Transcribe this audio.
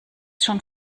schon